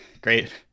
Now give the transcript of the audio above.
great